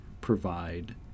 Provide